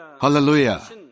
Hallelujah